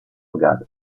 god